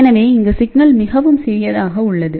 எனவே இங்கு சிக்னல் மிகவும் சிறியதாக உள்ளது